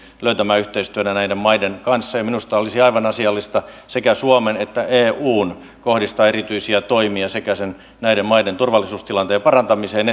löytämään yhteistyötä näiden maiden kanssa minusta olisi aivan asiallista sekä suomen että eun kohdistaa erityisiä toimia sekä näiden maiden turvallisuustilanteen parantamiseen